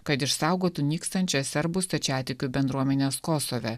kad išsaugotų nykstančias serbų stačiatikių bendruomenes kosove